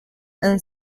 and